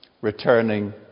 returning